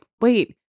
wait